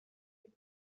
him